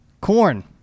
Corn